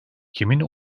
kimin